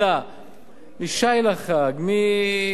משי לחג, מקרן השתלמות.